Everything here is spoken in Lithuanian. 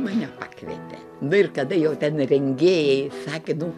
mane pakvietė nu ir kada jo rengėjai sakė nu